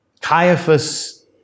Caiaphas